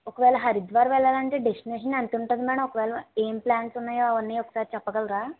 ఒకవేళ హరిద్వార్ వెళ్ళాలంటే డెస్టినేషన్ ఎంతుంటుంది మేడం ఒకవేళ ఏం ప్లాన్స్ ఉన్నాయో ఒకసారి చెప్పగలరా